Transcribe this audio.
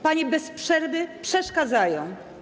Panie bez przerwy przeszkadzają.